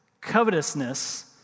covetousness